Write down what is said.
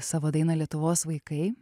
savo dainą lietuvos vaikai